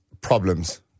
problems